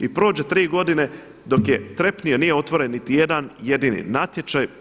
I prođe 3 godine, dok je trepnuo, nije otvoren niti jedan jedini natječaj.